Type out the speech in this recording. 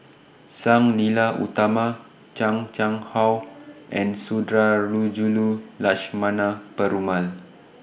Sang Nila Utama Chan Chang How and Sundarajulu Lakshmana Perumal